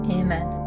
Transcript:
amen